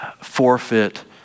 forfeit